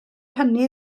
hynny